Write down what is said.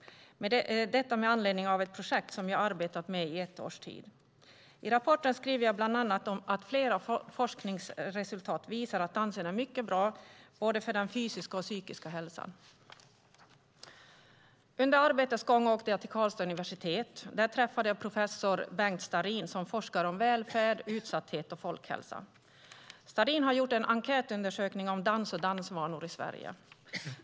Detta med anledning av ett projekt som jag har arbetat med i ett års tid. I rapporten skriver jag bland annat att flera forskningsresultat visar att dansen är mycket bra för både den fysiska och psykiska hälsan. Under arbetets gång åkte jag till Karlstads universitet. Där träffade jag professor Bengt Starrin, som forskar om välfärd, utsatthet och folkhälsa. Starrin har gjort en enkätundersökning om dans och dansvanor i Sverige.